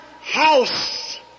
house